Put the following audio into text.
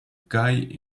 guy